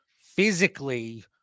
physically